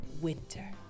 winter